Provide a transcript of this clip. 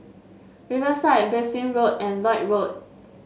Riverside Bassein Road and Lloyd Road